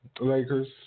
Lakers